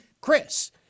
Chris